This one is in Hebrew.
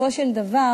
בסופו של דבר,